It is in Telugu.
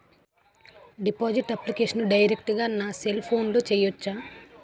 డిపాజిట్ అప్లికేషన్ డైరెక్ట్ గా నా సెల్ ఫోన్లో చెయ్యచా?